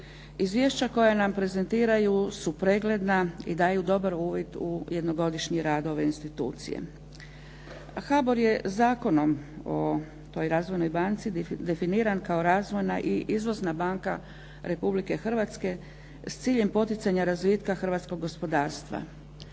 Izvješća koja nam prezentiraju su pregledna i daju dobar uvid u jednogodišnji rad ove institucije. HBOR je zakonom o toj razvojnoj banci definiran kao razvojna i izvozna banka Republike Hrvatske s ciljem poticanja razvitka hrvatskog gospodarstva.